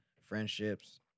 friendships